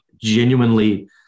genuinely –